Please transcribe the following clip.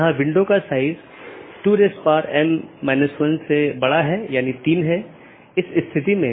यहाँ N1 R1 AS1 N2 R2 AS2 एक मार्ग है इत्यादि